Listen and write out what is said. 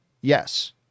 Yes